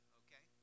okay